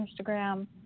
Instagram